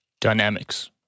Dynamics